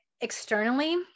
externally